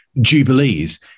jubilees